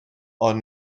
ond